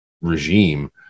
regime